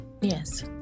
yes